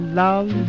love